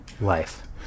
life